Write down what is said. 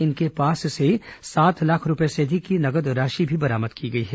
इनके पास से सात लाख रूपये से अधिक की नगद राशि भी बरामद की गई है